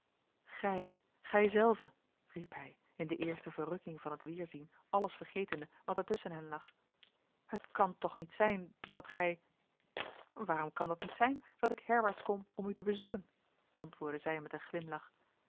gij zelve riep hij in de eerste verrukking van t weêrzien alles vergetende wat er tusschen hen lag het kan toch niet zijn dat gij waarom kan dat niet zijn dat ik herwaarts kom om u te bezoeken antwoordde zij met een glimlach